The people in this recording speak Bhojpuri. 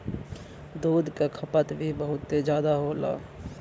दूध क खपत भी बहुत जादा होला